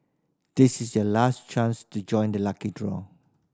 this is the last chance to join the lucky draw